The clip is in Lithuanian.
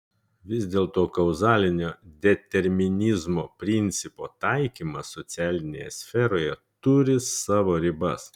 vis dėlto kauzalinio determinizmo principo taikymas socialinėje sferoje turi savo ribas